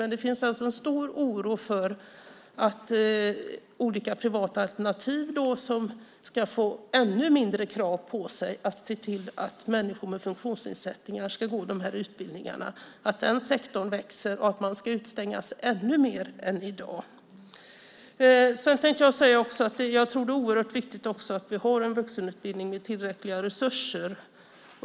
Men det finns en stor oro för att olika privata alternativ ska få ännu mindre krav på sig att se till att människor med funktionsnedsättningar ska kunna gå de utbildningarna. Den sektorn växer, och oron finns att man ska stängas ute ännu mer än i dag. Det är också oerhört viktigt att vi har en vuxenutbildning med tillräckliga resurser.